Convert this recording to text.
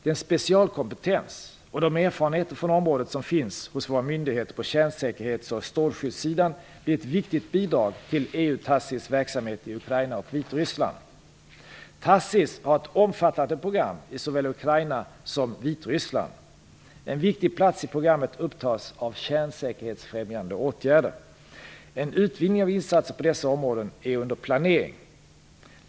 Den specialkompetens och de erfarenheter från området som finns hos våra myndigheter på kärnsäkerhets och strålskyddssidan blir ett viktigt bidrag till EU-TACIS verksamhet i Ukraina och Vitryssland. TACIS har ett omfattande program i såväl Ukraina som Vitryssland. En viktig plats i programmet upptas av kärnsäkerhetsfrämjande åtgärder. En utvidgning av insatser på dessa områden är under planering.